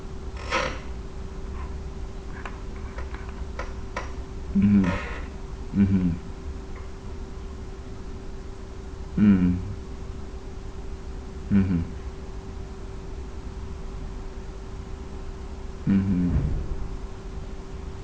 mm mmhmm mm mmhmm mmhmm